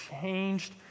changed